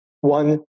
one